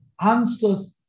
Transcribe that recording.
answers